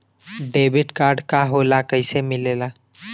Debit card का होला कैसे मिलेला?